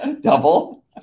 Double